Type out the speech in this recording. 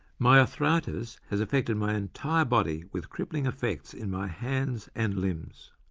my arthritis has affected my entire body with crippling effects in my hands and limbs.